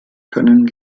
können